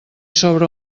sobre